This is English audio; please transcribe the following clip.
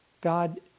God